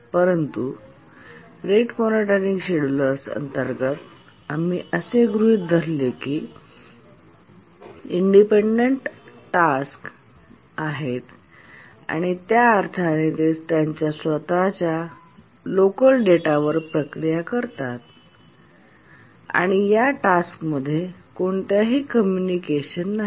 परंतु rate monotonic schedulers अंतर्गत आम्ही असे गृहित धरले होते की टास्क इंडिपेन्डन्ट आहेत या अर्थाने ते त्यांच्या स्वतःच्या लोकल डेटावर प्रक्रिया करतात आणि या टास्क मध्ये कोणताही कम्युनिकेशन नाही